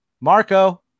Marco